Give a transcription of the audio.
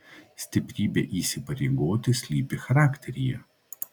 stiprybė įsipareigoti slypi charakteryje